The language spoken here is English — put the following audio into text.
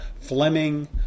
Fleming